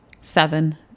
seven